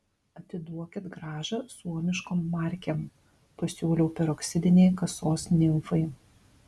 atiduokit grąžą suomiškom markėm pasiūliau peroksidinei kasos nimfai